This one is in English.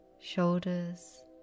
Shoulders